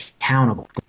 accountable